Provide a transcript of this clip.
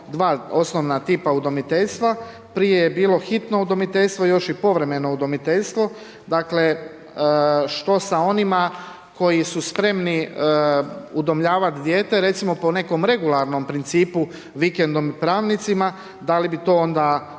dva osnovna tipa udomiteljstva, prije je bilo hitno udomiteljstvo, još i povremeno udomiteljstvo, dakle, što sa onima koji su spremni udomljavati dijete, recimo po nekom regularnom principu, vikendom i pravnicima, da li bi to onda